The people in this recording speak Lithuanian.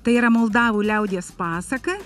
tai yra moldavų liaudies pasaka